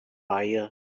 fire